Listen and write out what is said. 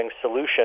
solution